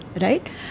Right